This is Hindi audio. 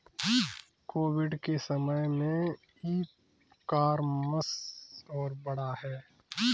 कोविड के समय में ई कॉमर्स और बढ़ा है